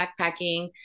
backpacking